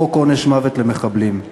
חוק עונש מוות למחבלים.